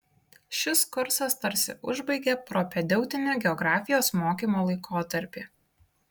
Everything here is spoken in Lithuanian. šis kursas tarsi užbaigia propedeutinį geografijos mokymo laikotarpį